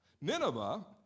Nineveh